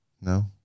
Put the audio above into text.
No